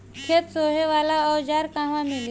खेत सोहे वाला औज़ार कहवा मिली?